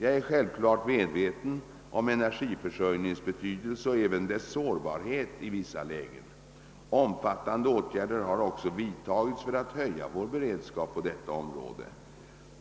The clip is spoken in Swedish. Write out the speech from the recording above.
Jag är självklart väl medveten om energiförsörjningens betydelse och även dess sårbarhet i vissa lägen. Omfattande åtgärder har också vidtagits för att höja vår beredskap på detta område.